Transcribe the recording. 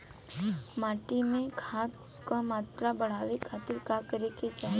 माटी में खाद क मात्रा बढ़ावे खातिर का करे के चाहीं?